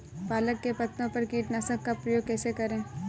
पालक के पत्तों पर कीटनाशक का प्रयोग कैसे करें?